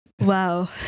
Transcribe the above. Wow